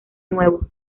nuevo